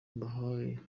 mbahaye